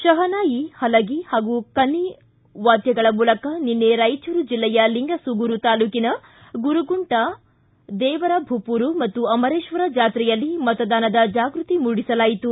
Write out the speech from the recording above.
ಶಹನಾಯಿ ಹಲಗಿ ಹಾಗೂ ಕಣಿ ವಾದ್ಯಗಳ ಮೂಲಕ ನಿನ್ನೆ ರಾಯಚೂರು ಜಿಲ್ಲೆಯ ಲಿಂಗಸೂಗೂರು ತಾಲೂಕಿನ ಗುರಗುಂಟಾ ದೇವರ ಭೂಪುರು ಮತ್ತು ಅಮರೇಶ್ವರ ಜಾತ್ರೆಯಲ್ಲಿ ಮತದಾನದ ಜಾಗೃತಿ ಮೂಡಿಸಲಾಯಿತು